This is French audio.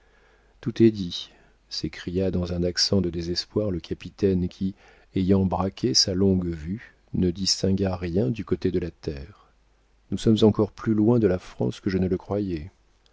tout est dit s'écria dans un accent de désespoir le capitaine qui ayant braqué sa longue-vue ne distingua rien du côté de la terre nous sommes encore plus loin de la france que je ne le croyais